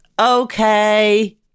Okay